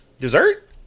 Dessert